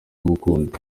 gukunda